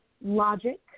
logic